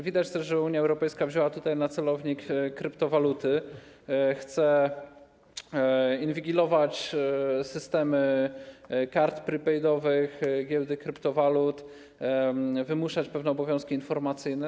Widać też, że Unia Europejska wzięła tutaj na celownik kryptowaluty, chce inwigilować systemy kart prepaidowych, giełdy kryptowalut, wymuszać pewne obowiązki informacyjne.